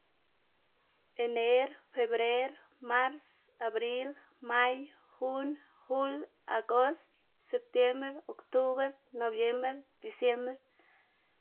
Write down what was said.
Ener, febrer, mars, abril, may, jun, jul, agost, septiembre, oktubr, nobiembr, disiembr.